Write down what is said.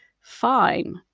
fine